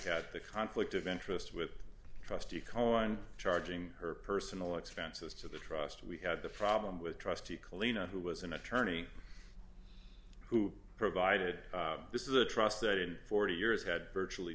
got the conflict of interest with trustee cohen charging her personal expenses to the trust we had the problem with trustee cleena who was an attorney who provided this is a trust that in forty years had virtually